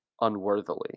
unworthily